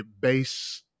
base